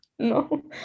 no